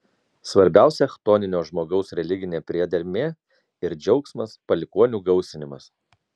svarbiausia chtoninio žmogaus religinė priedermė ir džiaugsmas palikuonių gausinimas